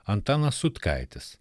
antanas sutkaitis